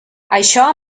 això